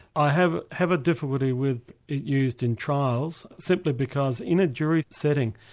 i have have a difficulty with it used in trials, simply because in a jury setting,